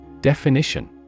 Definition